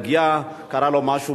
קרה לו משהו,